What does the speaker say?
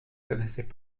connaissaient